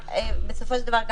בסופו של דבר,